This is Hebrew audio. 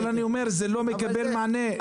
אבל זה לא מקבל מענה.